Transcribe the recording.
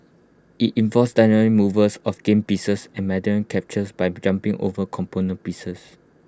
IT involves diagonal moves of game pieces and mandatory captures by jumping over component pieces